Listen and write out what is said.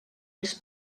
els